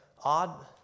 odd